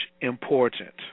important